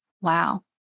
wow